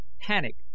panic